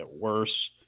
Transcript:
worse